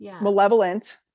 malevolent